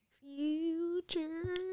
Future